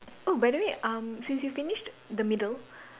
oh by the way um since you finished the middle